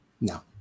No